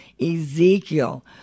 Ezekiel